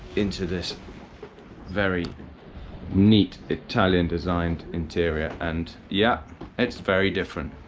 into this very neat italian-designed interior and yeah it's very different.